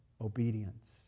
obedience